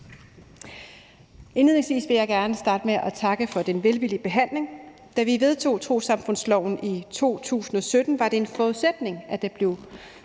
Indledningsvis vil jeg gerne starte med at takke for den velvillige behandling. Da vi vedtog trossamfundsloven i 2017, var det en forudsætning, at der blev